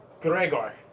Gregor